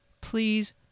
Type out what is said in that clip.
please